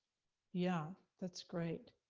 yeah, that's great.